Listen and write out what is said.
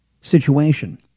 situation